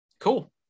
cool